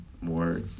more